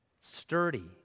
sturdy